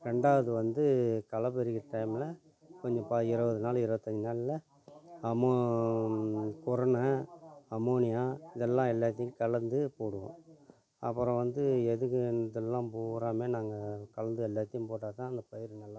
ரெண்டாவது வந்து களைப் பரிக்கிற டைமில் கொஞ்சம் பா இருபது நாள் இருபத்தஞ்சி நாளில் அமோ குருனை அமோனியா இதெல்லாம் எல்லாத்தையும் கலந்து போடுவோம் அப்புறம் வந்து எதுக்கு இதெல்லாம் பூராமே நாங்கள் கலந்து எல்லாத்தையும் போட்டால் தான் அந்த பயிரு நல்லாயிருக்கும்